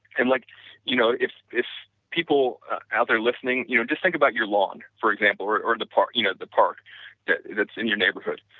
and like you know if if people out there listening, you know, just think about you lawn for example or or the park you know the park that's in your neighborhood.